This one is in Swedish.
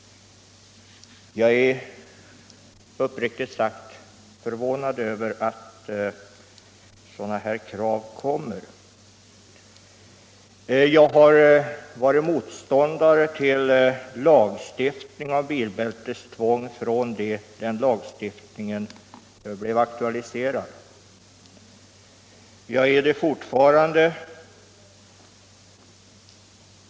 Jag är uppriktigt sagt förvånad över att sådana här krav förs fram. Jag har varit motståndare till en lagstiftning innebärande bilbältestvång från det lagstiftningen aktualiserades. Jag är det fortfarande.